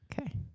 Okay